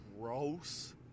Gross